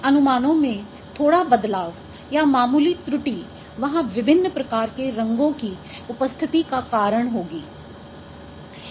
उन अनुमानों में थोड़ा बदलाव या मामूली त्रुटि वहाँ विभिन्न प्रकार के रंगों की उपस्थिति का कारण होगी